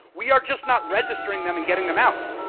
we are just not registering them and getting them out.